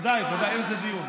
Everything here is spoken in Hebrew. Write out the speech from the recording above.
ודאי, ודאי, אין זה דיון.